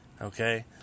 Okay